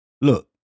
Look